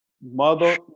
Mother